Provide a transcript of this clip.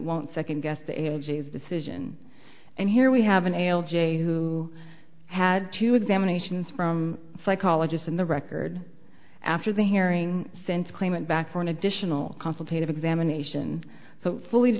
won't second guess the a g s decision and here we have an l j who had two examinations from psychologists in the record after the hearing since claimant back for an additional complicated examination so fully